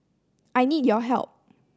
I need your help